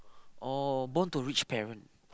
or born to rich parent